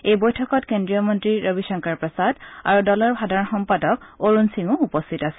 এই বৈঠকত কেন্দ্ৰীয় মন্ত্ৰী ৰবি শংকৰ প্ৰসাদ আৰু দলৰ সাধাৰণ সম্পাদক অৰুণ সিং উপস্থিত আছিল